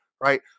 right